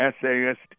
essayist